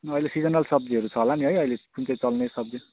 अहिले सिजनल सब्जीहरू छ होला नि है अहिले जुन चाहिँ चल्ने सब्जी